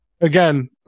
again